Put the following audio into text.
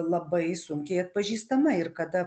labai sunkiai atpažįstama ir kada